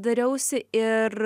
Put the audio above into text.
dariausi ir